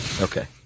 Okay